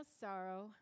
sorrow